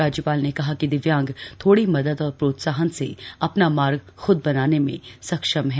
राज्यपाल ने कहा कि दिव्यांग थोड़ी मदद और प्रोत्साहन से अपना मार्ग ख्द बनाने में सक्षम हैं